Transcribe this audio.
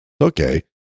Okay